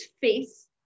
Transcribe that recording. face